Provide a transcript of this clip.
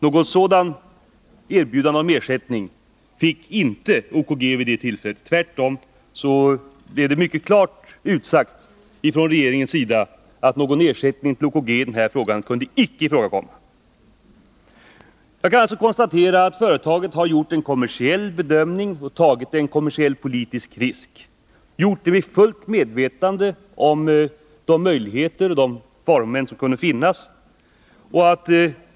Något sådant erbjudande om ersättning fick OKG inte vid det tillfället — tvärtom blev det mycket klart sagt från regeringens sida, att någon ersättning till OKG på denna grund inte kunde ifrågakomma. Jag kan alltså konstatera att företaget gjort en kommersiell bedömning och tagit en kommersiell-politisk risk och gjort det med fullt medvetande om de möjligheter och faromoment som kunde finnas.